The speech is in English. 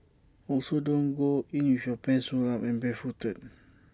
also don't go in with your pants rolled up and barefooted